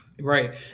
Right